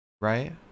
right